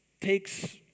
takes